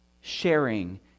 sharing